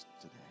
today